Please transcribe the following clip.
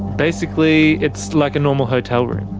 basically, it's like a normal hotel room.